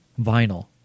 vinyl